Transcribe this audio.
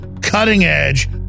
cutting-edge